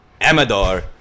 Amador